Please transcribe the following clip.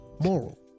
Moral